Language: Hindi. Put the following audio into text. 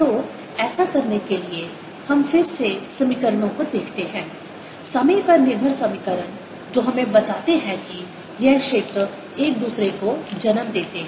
तो ऐसा करने के लिए हम फिर से समीकरणों को देखते हैं समय पर निर्भर समीकरण जो हमें बताते हैं कि यह क्षेत्र एक दूसरे को जन्म देते हैं